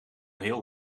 heel